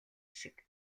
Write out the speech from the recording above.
шиг